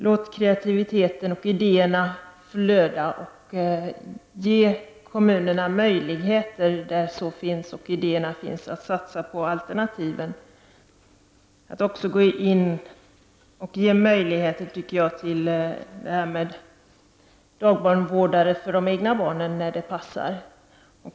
Låt kreativiteten och idéerna flöda, och ge kommunerna möjligheter där idéerna finns att satsa på alternativ. Man borde också gå in och ge möjligheter till dagbarnvård för egna barn när det passar.